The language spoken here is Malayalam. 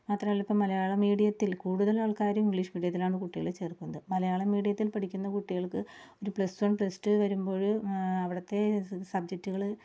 മാത്രമല്ല ഇപ്പോൾ മലയാള മീഡിയത്തില് കൂടുതലാള്ക്കാരും ഇംഗ്ലീഷ് മീഡിയത്തിലാണ് കുട്ടികളെ ചേര്ക്കുന്നത് മലയാളം മീഡിയത്തില് പഠിക്കുന്ന കുട്ടികള്ക്ക് ഒരു പ്ലസ് വണ് പ്ലസ് ടു വരുമ്പോൾ അവിടത്തെ സബ്ജറ്റുകൾ